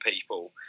people